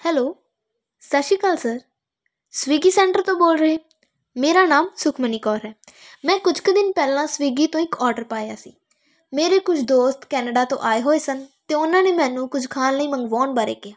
hello ਸਤਿ ਸ਼੍ਰੀ ਅਕਾਲ ਸਰ ਸਵੀਗੀ ਸੈਂਟਰ ਤੋਂ ਬੋਲ ਰਹੇ ਮੇਰਾ ਨਾਮ ਸੁਖਮਨੀ ਕੌਰ ਹੈ ਮੈਂ ਕੁਝ ਕੁ ਦਿਨ ਪਹਿਲਾਂ ਸਵੀਗੀ ਤੋਂ ਇੱਕ ਔਡਰ ਪਾਇਆ ਸੀ ਮੇਰੇ ਕੁਝ ਦੋਸਤ ਕੈਨੇਡਾ ਤੋਂ ਆਏ ਹੋਏ ਸਨ ਅਤੇ ਉਹਨਾਂ ਨੇ ਮੈਨੂੰ ਕੁਝ ਖਾਣ ਲਈ ਮੰਗਵਾਉਣ ਬਾਰੇ ਕਿਹਾ